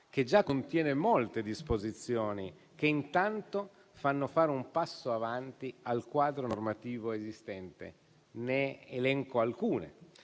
che già contiene molte disposizioni che intanto fanno fare un passo avanti al quadro normativo esistente. Ne elenco alcune.